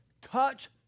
touch